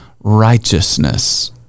righteousness